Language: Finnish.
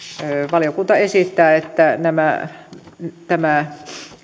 valiokunta esittää että tämä